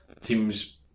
teams